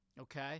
Okay